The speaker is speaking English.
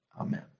Amen